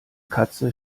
katze